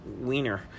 wiener